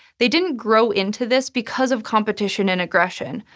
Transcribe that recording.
they didn't grow into this because of competition and aggression,